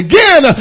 Again